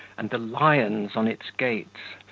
and the lions on its gates,